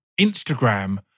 Instagram